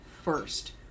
first